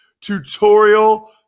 tutorial